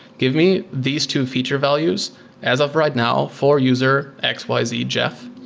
give me these two feature values as of right now for user x, y, z jeff.